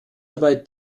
dabei